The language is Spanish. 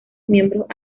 miembros